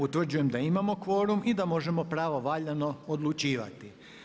Utvrđujem da imamo kvorum i da možemo pravovaljano odlučivati.